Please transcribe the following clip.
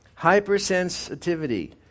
Hypersensitivity